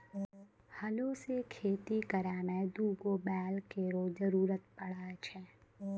हलो सें खेती करै में दू गो बैल केरो जरूरत पड़ै छै